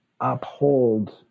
uphold